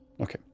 okay